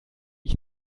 ich